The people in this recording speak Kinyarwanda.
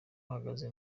uhagaze